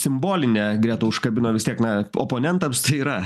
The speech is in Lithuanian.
simbolinė greta užkabino vis tiek na oponentams tai yra